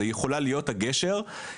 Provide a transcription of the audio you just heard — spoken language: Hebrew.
ואנחנו עושים את המקסימום כדי להביא אותם לפה.